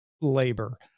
labor